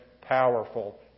powerful